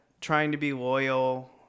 trying-to-be-loyal